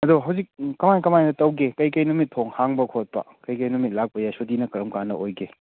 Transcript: ꯑꯗꯣ ꯍꯧꯖꯤꯛ ꯀꯃꯥꯏ ꯀꯃꯥꯏꯅ ꯇꯧꯒꯦ ꯀꯩꯀꯩ ꯅꯨꯃꯤꯠ ꯊꯣꯡ ꯍꯥꯡꯕ ꯈꯣꯠꯄ ꯀꯩꯀꯩ ꯅꯨꯃꯤꯠ ꯂꯥꯛꯄ ꯌꯥꯏ ꯁꯨꯇꯤꯅ ꯀꯔꯝ ꯀꯥꯟꯗ ꯑꯣꯏꯒꯦ